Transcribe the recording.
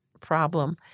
problem